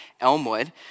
Elmwood